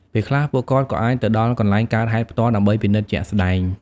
ពេលខ្លះ ពួកគាត់ក៏អាចទៅដល់កន្លែងកើតហេតុផ្ទាល់ ដើម្បីពិនិត្យជាក់ស្តែង។